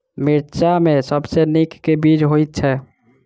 मिर्चा मे सबसँ नीक केँ बीज होइत छै?